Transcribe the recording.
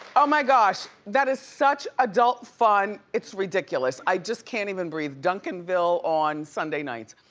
oh my gosh, that is such adult fun, it's ridiculous. i just can't even breathe, duncanville on sunday nights.